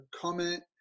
comment